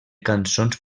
cançons